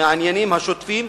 מהעניינים השוטפים,